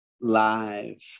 live